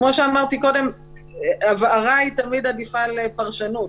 כמו שאמרתי קודם, הבהרה היא תמיד עדיפה על פרשנות.